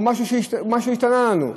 או שמשהו השתנה לנו?